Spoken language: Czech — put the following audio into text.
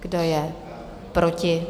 Kdo je proti?